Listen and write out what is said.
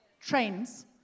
Trains